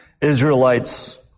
Israelites